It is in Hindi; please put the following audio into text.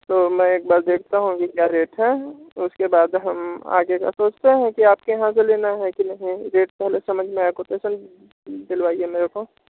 तो मैं एक बार देखता हूँ कि क्या रेट है उसके बाद हम आगे का सोचते हैं कि आपके यहाँ से लेना है कि नहीं रेट पहले समझ में आए कोटेशन दिलवाइये मेरे को